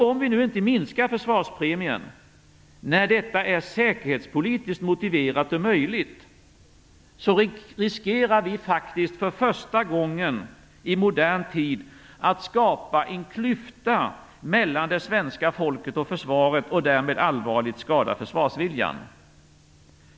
Om vi nu inte minskar försvarspremien, när detta är säkerhetspolitiskt motiverat och möjligt, riskerar vi faktiskt för första gången i modern tid att skapa en klyfta mellan det svenska folket och försvaret och därmed allvarligt skada försvarsviljan.